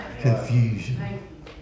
Confusion